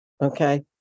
okay